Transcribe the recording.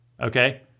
Okay